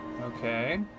Okay